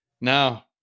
Now